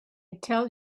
tell